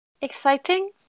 exciting